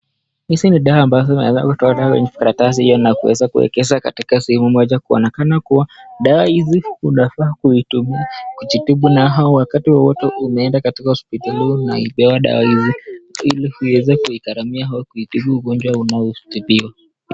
Hizi ni dawa ambazo zina weza kutolewa kwenye karatasi hiyo na kuweza kuekeza sehemu moja na kuonekana dawa hizi unafaa kuzitumia kutibu na wakati wowote katika hospitali hio, ili iweze kuigharamia au kutibu ugonjwa unao tibiwa.